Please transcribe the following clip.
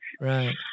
Right